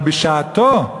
אבל בשעתו,